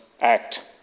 Act